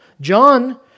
John